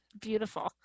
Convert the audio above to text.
Beautiful